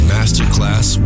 Masterclass